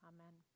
Amen